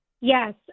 Yes